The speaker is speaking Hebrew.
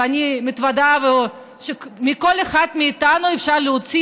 ואני מתוודה: מכל אחד מאיתנו אפשר להוציא